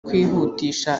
kwihutisha